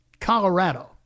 Colorado